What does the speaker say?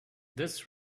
this